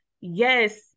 yes